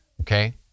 okay